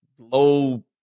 low